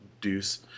deuce